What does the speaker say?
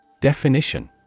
Definition